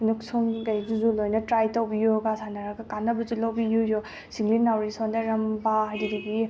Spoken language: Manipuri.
ꯉꯛꯁꯝ ꯀꯩꯗꯁꯨ ꯂꯣꯏꯅ ꯇ꯭ꯔꯥꯏ ꯇꯧꯕꯤꯌꯨ ꯌꯣꯒꯥ ꯁꯥꯟꯅꯔꯒ ꯀꯥꯟꯅꯕꯁꯨ ꯂꯧꯕꯤꯌꯨ ꯁꯤꯡꯂꯤ ꯅꯥꯎꯔꯤ ꯁꯣꯟꯊꯔꯝꯕ ꯑꯗꯨꯗꯒꯤ